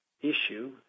issue